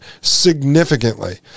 significantly